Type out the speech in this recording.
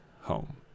home